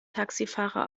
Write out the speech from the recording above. taxifahrer